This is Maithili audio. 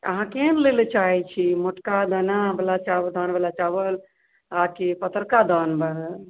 अहाँ केहन लय ला चाहैत छी मोटका दाना बला धान बला चावल आ कि पतरका दान बला